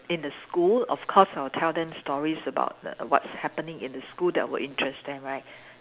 in the school of course I will tell them stories about the what's happening in the school that will interest them right